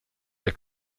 der